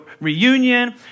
reunion